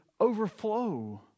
overflow